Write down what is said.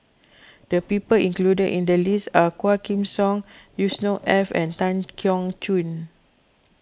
the people included in the list are Quah Kim Song Yusnor Ef and Tan Keong Choon